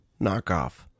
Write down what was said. Knockoff